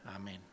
Amen